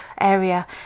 area